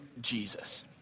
Jesus